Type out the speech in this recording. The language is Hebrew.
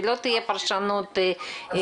שלא תהיה פרשנות פרטנית.